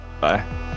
Bye